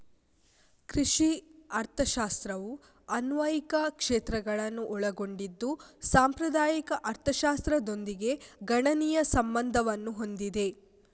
ಕೃಷಿ ಅರ್ಥಶಾಸ್ತ್ರವು ಅನ್ವಯಿಕ ಕ್ಷೇತ್ರಗಳನ್ನು ಒಳಗೊಂಡಿದ್ದು ಸಾಂಪ್ರದಾಯಿಕ ಅರ್ಥಶಾಸ್ತ್ರದೊಂದಿಗೆ ಗಣನೀಯ ಸಂಬಂಧವನ್ನು ಹೊಂದಿದೆ